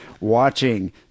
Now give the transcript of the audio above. watching